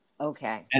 Okay